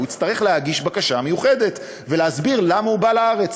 הוא יצטרך להגיש בקשה מיוחדת ולהסביר למה הוא בא לארץ.